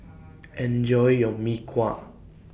Enjoy your Mee Kuah